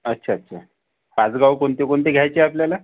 अच्छा अच्छा पाच गाव कोण कोणते घ्यायचे आपल्याला